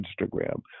Instagram